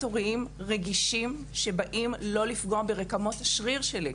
עוריים רגישים שלא פוגעים ברקמות השריר שלי,